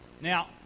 now